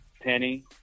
Penny